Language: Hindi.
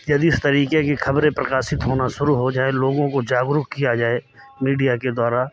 यदि इस तरह की खबरें प्रकासित होना शुरू हो जाएं लोगों को जागरूक किया जाए मीडिया के द्वारा